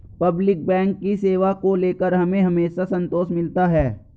public bank की सेवा को लेकर हमें हमेशा संतोष मिलता है